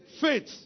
Faith